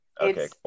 Okay